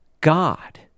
God